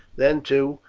then, too,